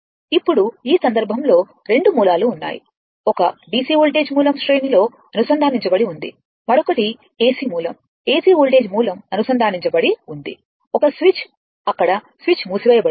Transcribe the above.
ఇప్పుడు ఈ సందర్భంలో 2 మూలాలు ఉన్నాయి ఒక DC వోల్టేజ్ మూలం శ్రేణి సిరీస్ లో అనుసంధానించబడి ఉంది మరొకటి AC మూలం AC వోల్టేజ్ మూలం అనుసంధానించబడి ఉంది ఒక స్విచ్ అక్కడ స్విచ్ మూసివేయబడుతుంది